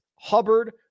Hubbard